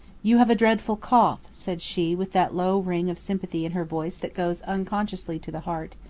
you have a dreadful cough, said she with that low ring of sympathy in her voice that goes unconsciously to the heart.